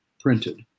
printed